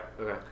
Okay